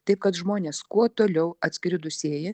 taip kad žmonės kuo toliau atskridusieji